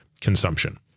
consumption